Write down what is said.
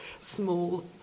small